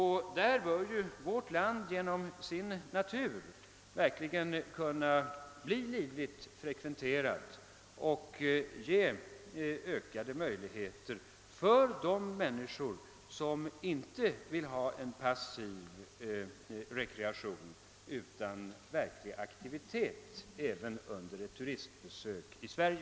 Härvid bör vårt land genom sin natur kunna bli livligt frekventerat av människor som inte vill ha passiv rekreation utan verklig aktivitet under ett turistbesök i Sverige.